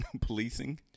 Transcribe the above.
policing